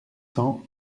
cent